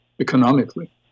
economically